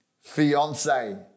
Fiance